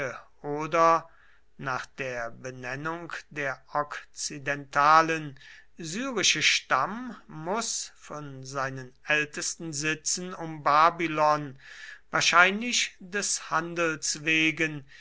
oder nach der benennung der okzidentalen syrische stamm muß von seinen ältesten sitzen um babylon wahrscheinlich des handels wegen